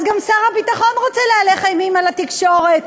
אז גם שר הביטחון רוצה להלך אימים על התקשורת,